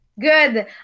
Good